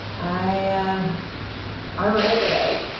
i, yeah i ran today.